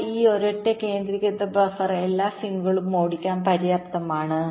എന്നാൽ ഈ ഒരൊറ്റ കേന്ദ്രീകൃത ബഫർ എല്ലാ സിങ്കുകളും ഓടിക്കാൻ പര്യാപ്തമാണ്